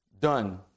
done